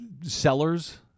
sellers